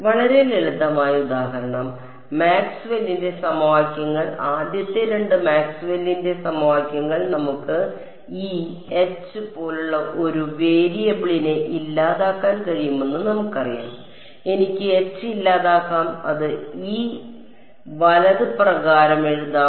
വളരെ ലളിതമായ ഉദാഹരണം മാക്സ്വെല്ലിന്റെ സമവാക്യങ്ങൾ ആദ്യത്തെ രണ്ട് മാക്സ്വെല്ലിന്റെ സമവാക്യങ്ങൾ നമുക്ക് E H പോലുള്ള ഒരു വേരിയബിളിനെ ഇല്ലാതാക്കാൻ കഴിയുമെന്ന് നമുക്കറിയാം എനിക്ക് H ഇല്ലാതാക്കാം അത് E വലത് പ്രകാരം എഴുതാം